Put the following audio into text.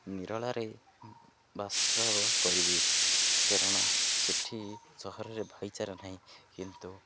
ନିରୋଳାରେ ବାସ କରିବେ କାରଣ ସେଠି ସହରରେ ଭାଇଚାରା ନାହିଁ କିନ୍ତୁ